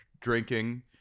drinking